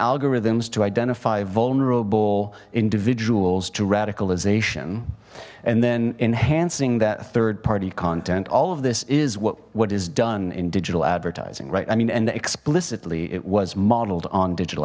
algorithms to identify vulnerable individuals to radicalization and then enhancing that third party content all of this is what what is done in digital advertising right i mean and explicitly it was modeled on digital